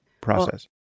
process